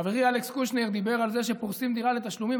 חברי אלכס קושניר דיבר על זה שפורסים דירה לתשלומים.